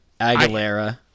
Aguilera